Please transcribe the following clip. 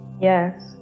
yes